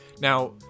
now